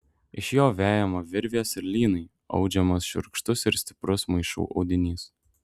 iš jo vejama virvės ir lynai audžiamas šiurkštus ir stiprus maišų audinys